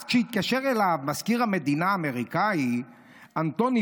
אז כשהתקשר אליו מזכיר המדינה האמריקאי אנתוני